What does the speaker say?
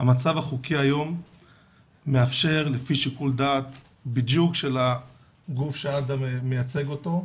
- המצב החוקי היום מאפשר לפי שיקול דעת בדיוק של הגוף שאדם מייצג אותו,